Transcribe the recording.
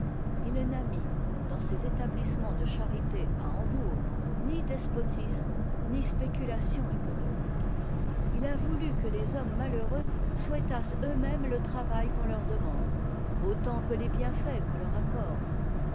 ils n'ont mis dans leurs établissements de charité ni despotisme ni spéculation économique ils ont voulu que les hommes malheureux souhaitassent eux-mêmes te travail qu'on leur demande autant que les bienfaits qu'on leur accorde